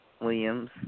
Williams